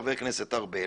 חבר הכנסת ארבל,